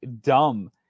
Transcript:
dumb